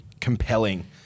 compelling